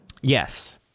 yes